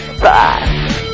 Bye